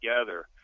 together